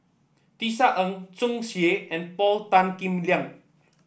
Tisa Ng Tsung Yeh and Paul Tan Kim Liang